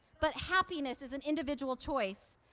but happiness is an individual choice.